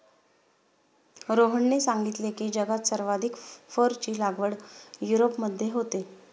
रोहनने सांगितले की, जगात सर्वाधिक फरची लागवड युरोपमध्ये होते